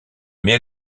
mais